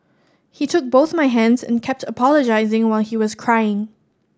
he took both my hands and kept apologising while he was crying